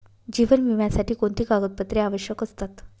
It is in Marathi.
जीवन विम्यासाठी कोणती कागदपत्रे आवश्यक असतात?